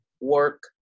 work